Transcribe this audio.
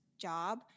job